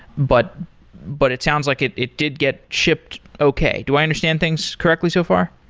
but but it sounds like it it did get shipped okay. do i understand things correctly so far?